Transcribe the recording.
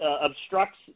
obstructs